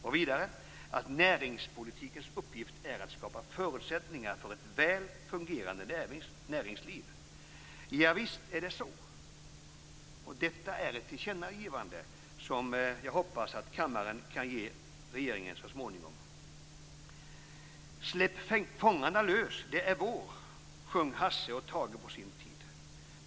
Och vidare: "Näringspolitikens uppgift är att skapa förutsättningar för ett väl fungerande näringsliv." Javisst är det så. Detta är ett tillkännagivande som jag hoppas att kammaren så småningom kan rikta till regeringen. Tage på sin tid.